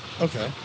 Okay